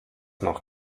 noch